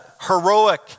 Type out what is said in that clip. heroic